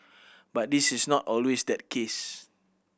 but this is not always that case